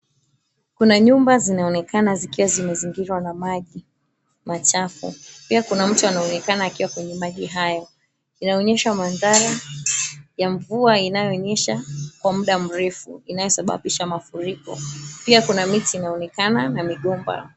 Kuna nyumba zinaonekana zikiwa zimezingirwa na maji machafu, pia kuna mtu anaonekana akiwa kwenye maji haya. Inaonesha madhara ya mvua inayonyesha kwa muda mrefu inayosababisha mafuriko. Pia kuna miti inaonekana na migomba.